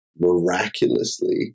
miraculously